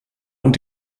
und